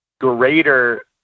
greater